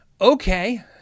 Okay